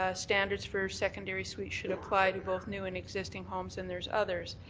ah standards for secondary suites should apply to both new and existing homes, and there's others.